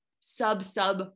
sub-sub